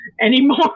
anymore